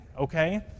okay